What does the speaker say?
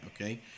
okay